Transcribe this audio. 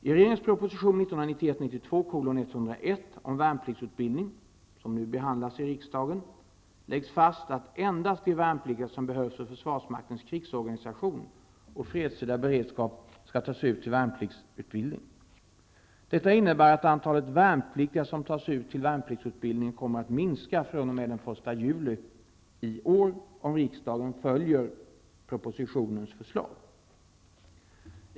I regeringens proposition 1991/92:101 om värnpliktsutbildning -- som nu behandlas i riksdagen -- läggs fast att endast de värnpliktiga som behövs för försvarsmaktens krigsorganisation och fredstida beredskap skall tas ut till värnpliktsutbildning. Detta innebär att antalet värnpliktiga som tas ut till värnpliktsutbildning kommer att minska fr.o.m. den 1 juli i år, om riksdagen följer propositionens förslag.